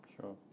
Sure